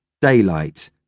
daylight